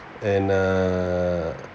and err